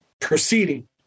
proceeding